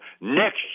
next